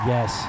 Yes